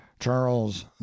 charles